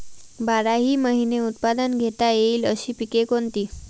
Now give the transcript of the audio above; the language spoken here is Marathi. बाराही महिने उत्पादन घेता येईल अशी पिके कोणती?